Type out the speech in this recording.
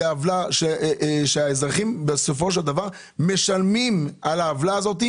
זאת עוולה שהאזרחים בסופו של דבר משלמים על העוולה הזאת.